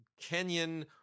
Kenyan